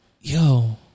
yo